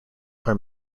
are